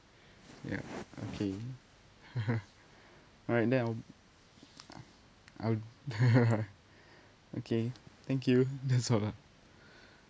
ya okay alright then I'll I'll b~ okay thank you that's all lah